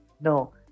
No